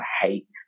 hate